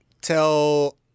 tell